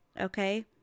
Okay